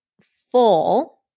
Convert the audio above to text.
full